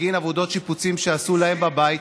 בגין עבודות שיפוצים שעשו להם בבית.